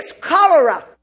cholera